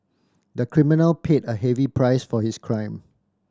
the criminal paid a heavy price for his crime